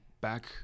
back